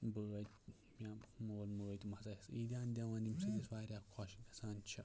بٲے یا مول موج تِم ہَسا اَسہِ عیٖدیان دِون ییٚمہِ سۭتۍ أسۍ واریاہ خۄش گَژھان چھِ